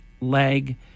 leg